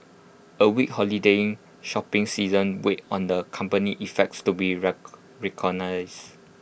A weak holiday shopping season weighed on the company's efforts to reorganise